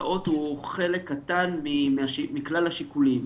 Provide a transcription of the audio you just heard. הסעות הוא חלק קטן מכלל השיקולים.